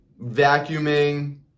vacuuming